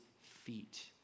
feet